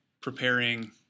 preparing